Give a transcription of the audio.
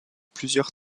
plusieurs